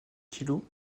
kilos